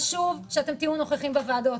חשוב שאתם תהיו נוכחים בוועדות,